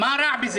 מה רע בזה?